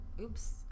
oops